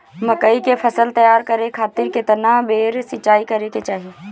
मकई के फसल तैयार करे खातीर केतना बेर सिचाई करे के चाही?